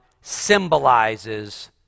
symbolizes